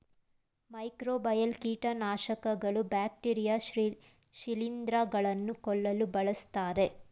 microbial ಕೀಟನಾಶಕಗಳು bacteria ಶಿಲಿಂದ್ರ ಗಳನ್ನು ಕೊಲ್ಲಲು ಬಳ್ಸತ್ತರೆ